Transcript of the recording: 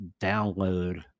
download